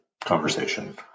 conversation